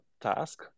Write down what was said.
task